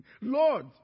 Lord